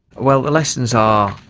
well, the lessons are,